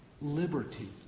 liberty